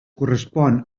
correspon